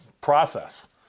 process